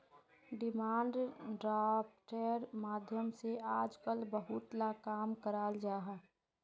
demand ड्राफ्टेर माध्यम से आजकल बहुत ला काम कराल जाहा